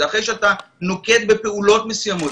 זה אחרי שאתה נוקט בפעולות מסוימות.